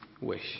wish